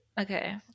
okay